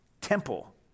temple